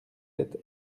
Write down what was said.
sept